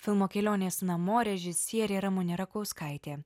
filmo kelionės namo režisierė ramunė rakauskaitė